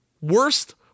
Worst